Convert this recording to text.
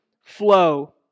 flow